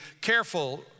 careful